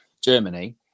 Germany